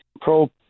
pro